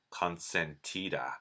Consentida